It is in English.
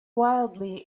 wildly